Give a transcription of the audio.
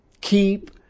Keep